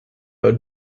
would